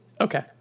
Okay